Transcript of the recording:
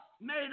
made